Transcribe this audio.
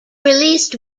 released